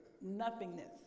nothingness